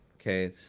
Okay